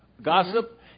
Gossip